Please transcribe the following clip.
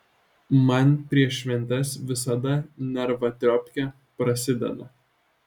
man prieš šventes visada nervatriopkė prasideda